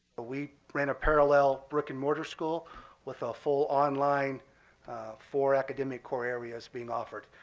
ah we ran a parallel brick and mortar school with a full online four academic core areas being offered.